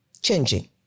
changing